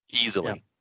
easily